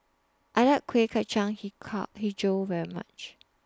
I like Kueh Kacang Hijau very much